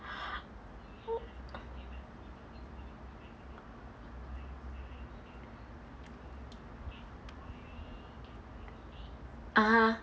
(uh huh)